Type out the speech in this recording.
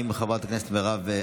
חברת הכנסת מירב?